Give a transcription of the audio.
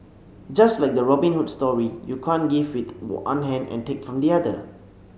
just like the Robin Hood story you can't give with one hand and take from the other